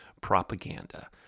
propaganda